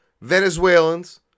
Venezuelans